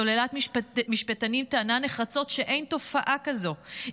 סוללת משפטנים טענה נחרצות שאין תופעה כזאת,